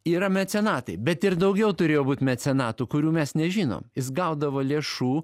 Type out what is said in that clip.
yra mecenatai bet ir daugiau turėjo būt mecenatų kurių mes nežinom jis gaudavo lėšų